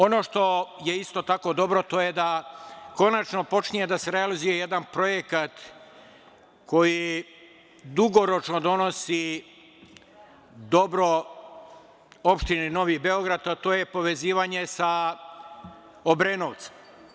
Ono što je isto tako dobro to je da konačno počinje da se realizuje jedan projekat koji dugoročno donosi dobro opštini Novi Beograd, a to je povezivanje sa Obrenovcem.